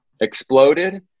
exploded